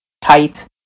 tight